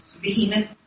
Behemoth